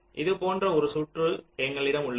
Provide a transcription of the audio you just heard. இது போன்ற ஒரு சுற்று எங்களிடம் உள்ளது